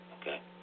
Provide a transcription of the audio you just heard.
okay